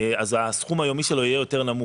אז הסכום היומי יהיה יותר נמוך.